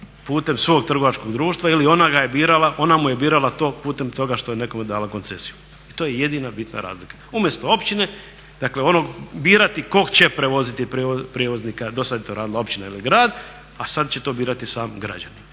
putem svog trgovačkog društva ili ona ga je birala, ona mu je birala to putem toga što je nekome dala koncesiju. I to je jedina bitna razlika, umjesto općine, dakle ono birati kog će prevoziti prijevoznika do sad je to radila općina ili grad, a sad će to birati sam građanin.